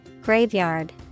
Graveyard